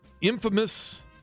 infamous